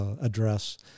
address